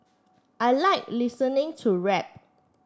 I like listening to rap